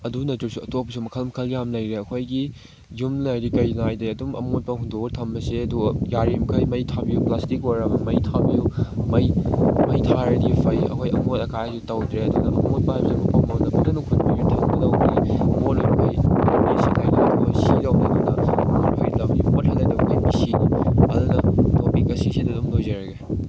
ꯑꯗꯨ ꯅꯠꯇ꯭ꯔꯁꯨ ꯑꯇꯣꯞꯄꯁꯨ ꯃꯈꯜ ꯃꯈꯜ ꯌꯥꯝ ꯂꯩꯔꯦ ꯑꯩꯈꯣꯏꯒꯤ ꯌꯨꯝ ꯂꯩꯔꯤ ꯀꯔꯤ ꯉꯥꯏꯗꯦ ꯑꯗꯨꯝ ꯑꯃꯣꯠꯄ ꯍꯨꯟꯗꯣꯛꯑ ꯊꯝꯕꯁꯦ ꯑꯗꯨ ꯌꯥꯔꯤꯃꯈꯩ ꯃꯩ ꯊꯥꯕꯤꯌꯨ ꯄ꯭ꯂꯥꯁꯇꯤꯛ ꯑꯣꯏꯔꯣ ꯃꯩ ꯊꯥꯕꯤꯌꯨ ꯃꯩ ꯃꯩ ꯊꯥꯔꯗꯤ ꯐꯩ ꯑꯩꯈꯣꯏ ꯑꯃꯣꯠ ꯑꯀꯥꯏꯗꯨ ꯇꯧꯗ꯭ꯔꯦ ꯑꯗꯨꯅ ꯑꯃꯣꯠꯄ ꯍꯥꯏꯕꯁꯦ ꯑꯗꯨꯅ ꯇꯣꯄꯤꯛ ꯑꯁꯤꯁꯤꯗ ꯑꯗꯨꯝ ꯂꯣꯏꯖꯔꯒꯦ